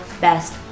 best